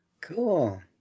Cool